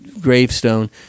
gravestone